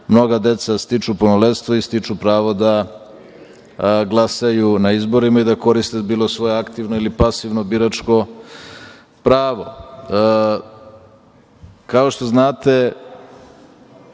mnoga deca stiču punoletstvo i stiču pravo da glasaju na izborima i da koriste bilo svoje aktivno ili pasivno biračko pravo. Kao što znate,